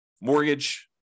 mortgage